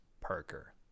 Parker